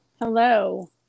Hello